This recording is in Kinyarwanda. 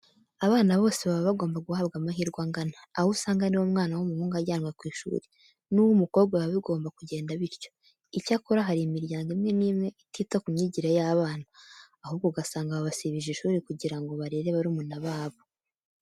Abana bose baba bagomba guhabwa amahirwe angana. Aho usanga niba umwana w'umuhungu ajyanwe ku ishuri, n'uw'umukobwa biba bigomba kugenda bityo. Icyakora, hari imiryango imwe n'imwe itita ku myigire y'abana, ahubwo ugasanga babasibije ishuri kugira ngo barere barumuna babo.